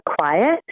quiet